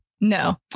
No